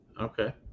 Okay